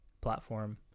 platform